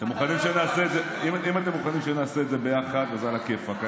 אם אתם מוכנים שנעשה את זה ביחד, אז עלא כיפאק.